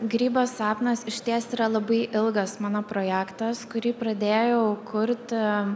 grybo sapnas išties yra labai ilgas mano projektas kurį pradėjau kurti